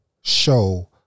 show